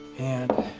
and